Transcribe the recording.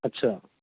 ਅੱਛਾ